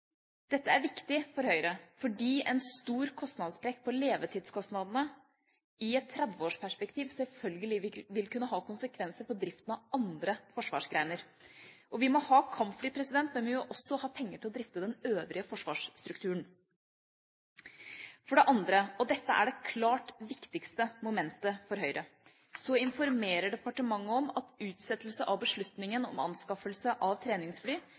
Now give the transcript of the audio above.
Dette er viktig for Høyre, fordi en stor kostnadssprekk på levetidskostnadene i et 30-årsperspektiv selvfølgelig vil kunne ha konsekvenser for driften av andre forsvarsgrener. Vi må ha kampfly, men vi må også ha penger til å drifte den øvrige forsvarsstrukturen. For det andre – og dette er det klart viktigste momentet for Høyre – informerer departementet om at utsettelse av beslutningen om anskaffelse av treningsfly